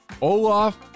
Olaf